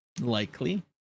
Likely